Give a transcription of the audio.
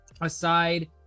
aside